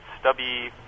stubby